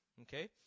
okay